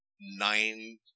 nine